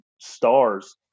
stars